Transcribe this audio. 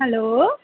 hello